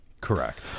Correct